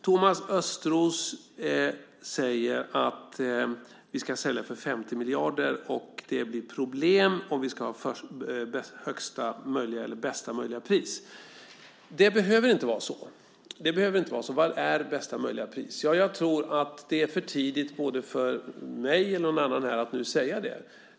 Thomas Östros säger att vi ska sälja för 50 miljarder och att det blir problem om vi ska ha bästa möjliga pris. Det behöver inte vara så. Vad är bästa möjliga pris? Jag tror att det är för tidigt både för mig och för alla andra här att i dag säga det.